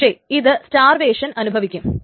പക്ഷേ ഇത് സ്റ്റാർവേഷൻ അനുഭവിക്കും